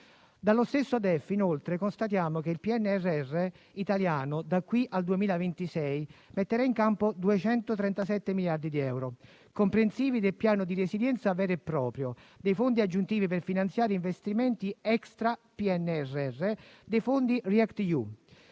Dallo stesso DEF, inoltre, constatiamo che il PNRR italiano da qui al 2026 metterà in campo 237 miliardi di euro, comprensivi del PNRR vero e proprio, dei fondi aggiuntivi per finanziare investimenti *extra* PNRR e dei fondi React-EU.